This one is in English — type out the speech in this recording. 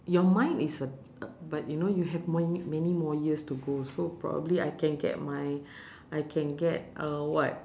your mind is a a but you know you have mo~ many more years to go so probably I can get my I can get uh what